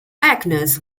agnes